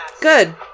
Good